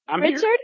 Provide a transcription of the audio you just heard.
Richard